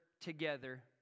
together